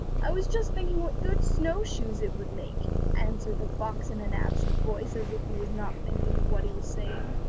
i was just thinking what good snowshoes it would make answered the fox in an absent voice, as if he was not thinking of what he was saying.